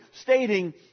stating